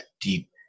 deep